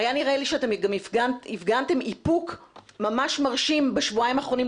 היה נראה לי שהפגנתם איפוק ממש מרשים בשבועיים האחרונים,